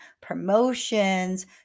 promotions